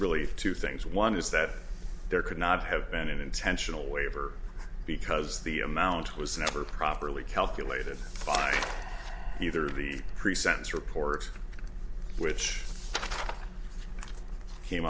really two things one is that there could not have been an intentional waiver because the amount was never properly calculated by either the pre sentence report which came